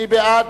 מי בעד?